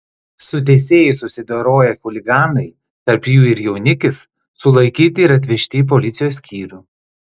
su teisėju susidoroję chuliganai tarp jų ir jaunikis sulaikyti ir atvežti į policijos skyrių